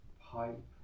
pipe